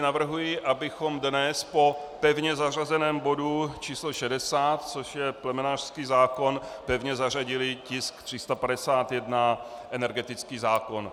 Navrhuji tedy, abychom dnes po pevně zařazeném bodu číslo 60, což je plemenářský zákon, pevně zařadili tisk 351, energetický zákon.